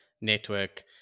network